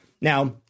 Now